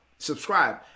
Subscribe